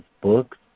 books